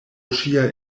ŝia